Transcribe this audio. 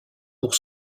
pour